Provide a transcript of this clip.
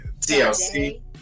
TLC